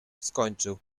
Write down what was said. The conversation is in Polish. skończył